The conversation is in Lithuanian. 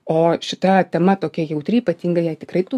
o šita tema tokia jautri ypatingai jei tikrai tų